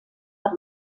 per